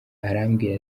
arambwira